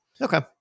Okay